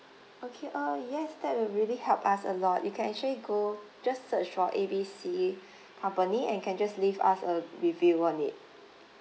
okay uh yes that will really help us a lot you can actually go just search for A B C company and you can just leave us a review on it